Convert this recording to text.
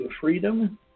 Freedom